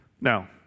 Now